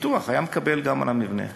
היה מקבל גם על המבנה.